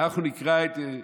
ט"ו.